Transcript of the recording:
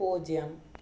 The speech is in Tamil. பூஜ்ஜியம்